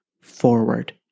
forward